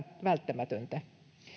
välttämätöntä